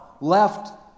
left